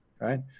right